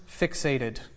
fixated